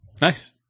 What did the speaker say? nice